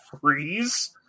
freeze